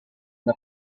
una